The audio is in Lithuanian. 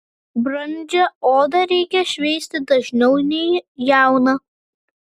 brandžią odą reikia šveisti dažniau nei jauną